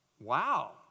Wow